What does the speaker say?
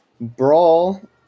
Brawl